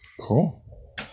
Cool